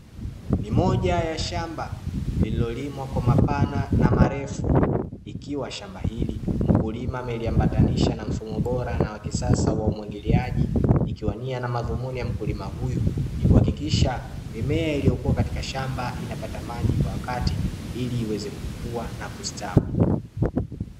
Ni moja ya shamba lililolimwa kwa mapana na marefu, ikiwa shamba hili mkulima ameliambatanisha na mfumo bora na wa kisasa wa umwagiliaji ikiwa nia na madhumuni ya mkulima huyu ni kuhakikisha mimea iliyokuwa katika shamba inapata maji kwa wakati ili iweze kukua na kustawi.